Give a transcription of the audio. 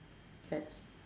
that's